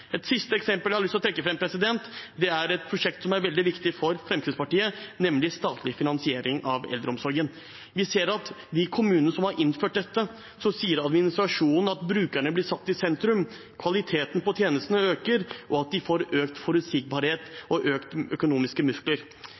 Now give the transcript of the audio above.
Et siste eksempel jeg har lyst til å trekke fram, er et prosjekt som er veldig viktig for Fremskrittspartiet, nemlig statlig finansiering av eldreomsorgen. Vi ser at i de kommunene som har innført dette, sier administrasjonen at brukerne blir satt i sentrum, at kvaliteten på tjenestene øker, og at de får økt forutsigbarhet og større økonomiske muskler.